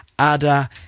Ada